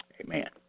Amen